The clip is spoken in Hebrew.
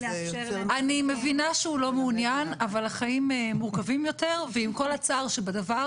אני מבינה שהוא לא מעוניין אבל החיים מורכבים יותר ועם כל הצער שבדבר,